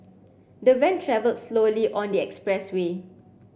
the van traveled slowly on the expressway